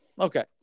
Okay